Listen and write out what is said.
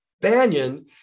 Banyan